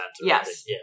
Yes